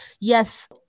Yes